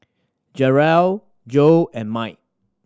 Jarrell Joe and Mike